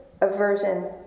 aversion